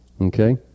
Okay